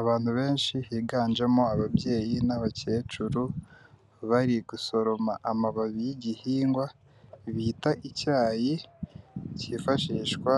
Abantu benshi higanjemo ababyeyi n'abakecuru, bari gusoroma amababi y'igihingwa bita icyayi cyifashishwa